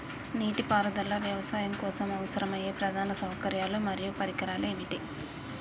నీటిపారుదల వ్యవసాయం కోసం అవసరమయ్యే ప్రధాన సౌకర్యాలు మరియు పరికరాలు ఏమిటి?